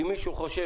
אם מישהו חושב,